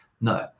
No